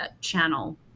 channel